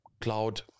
cloud